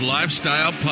Lifestyle